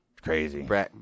Crazy